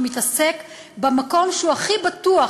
שמתעסק במקום שהוא הכי בטוח,